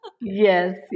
yes